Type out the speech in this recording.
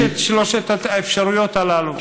יש את שלוש האפשרויות הללו.